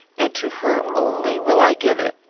and to her only will i give it.